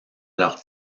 leurs